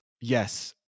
Yes